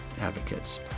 advocates